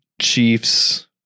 Chiefs